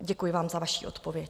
Děkuji vám za vaši odpověď.